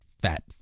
fat